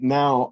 now